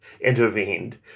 intervened